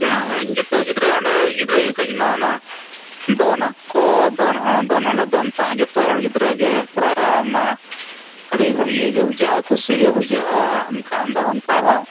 ᱦᱮᱸ ᱡᱚᱛᱚ ᱜᱤᱫᱽᱨᱟᱹ ᱚᱸᱰᱮ ᱜᱤᱫᱽᱨᱟᱹ ᱡᱚᱠᱷᱚᱡ ᱤᱧ ᱢᱟ ᱚᱱᱟ ᱫᱚᱱᱟᱠᱚ ᱫᱚᱱ ᱦᱚᱸ ᱫᱚᱱ ᱦᱚᱸᱞᱮ ᱫᱚᱱ ᱛᱟᱦᱮᱸ ᱡᱚᱛᱚ ᱦᱚᱲ ᱜᱤᱫᱽᱨᱟᱹ ᱜᱮ ᱯᱟᱭᱨᱟ ᱢᱟ ᱟᱹᱰᱤ ᱤᱭᱟᱹ ᱜᱮ ᱵᱩᱡᱷᱟᱹᱜᱼᱟ ᱠᱩᱥᱤ ᱜᱮ ᱵᱩᱡᱷᱟᱹᱜᱼᱟ ᱮᱱᱠᱷᱟᱱ ᱫᱚ ᱚᱱᱠᱟ ᱫᱚ